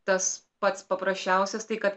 tas pats paprasčiausias tai kad